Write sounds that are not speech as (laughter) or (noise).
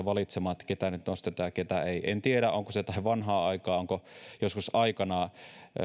(unintelligible) valitsemaan keitä nyt nostetaan ja keitä ei en tiedä onko näin ollut vanhaan aikaan ovatko joskus aikanaan